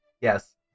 Yes